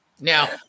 Now